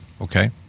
Okay